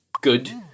good